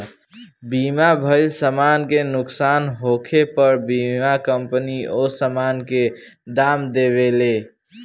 बीमा भइल समान के नुकसान होखे पर बीमा कंपनी ओ सामान के दाम देवेले